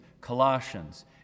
Colossians